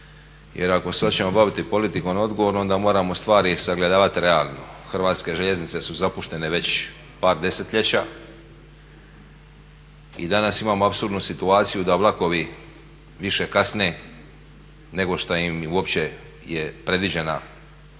jer ako se hoćemo baviti politikom odgovorno onda moramo stvari sagledavati realno. Hrvatske željeznice su zapuštene već par desetljeća. I danas imamo apsurdnu situaciju da vlakovi više kasne nego šta im uopće je predviđena duljina